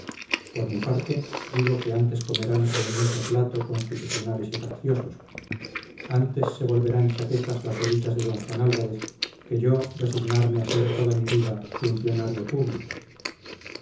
por mi parte digo que antes comerán en un mismo plato constitucionales y facciosos antes se volverán chaquetas las levitas de d juan álvarez que yo resignarme a ser toda mi vida funcionario público